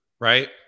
right